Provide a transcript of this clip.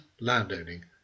landowning